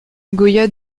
goya